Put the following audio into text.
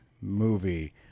movie